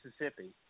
Mississippi